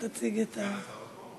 סגן השר לא פה?